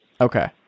Okay